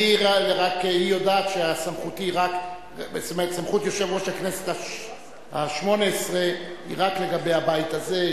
היא יודעת שסמכות יושב-ראש הכנסת השמונה-עשרה היא רק לגבי הבית הזה.